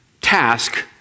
task